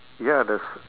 ya the s~